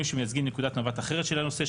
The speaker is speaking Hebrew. שמייצגים נקודת מבט אחרת של הנושא,